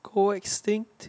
go extinct